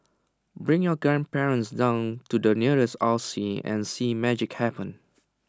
bring your grandparents down to the nearest R C and see magic happen